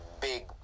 big